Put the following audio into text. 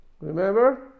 Remember